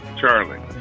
Charlie